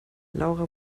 laura